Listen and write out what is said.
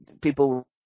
people